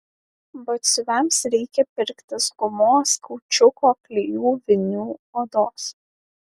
batsiuviams reikia pirktis gumos kaučiuko klijų vinių odos